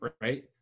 right